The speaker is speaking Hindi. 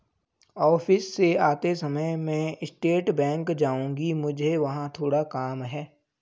ऑफिस से आते समय मैं स्टेट बैंक जाऊँगी, मुझे वहाँ थोड़ा काम है